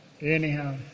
Anyhow